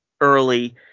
early